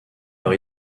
leur